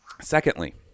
Secondly